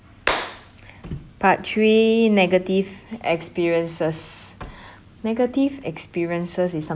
part three negative experiences negative experiences is